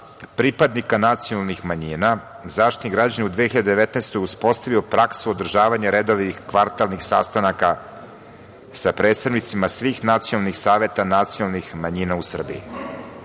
pripadnika nacionalnih manjina, Zaštitnik građana u 2019. godini je uspostavio praksu održavanja redovnih kvartalnih sastanaka sa predstavnicima svih nacionalnih saveta nacionalnih manjina u Srbiji. Mi